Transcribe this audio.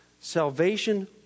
Salvation